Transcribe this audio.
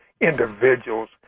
individuals